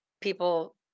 people